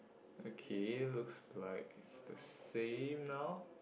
okay looks like it's the same now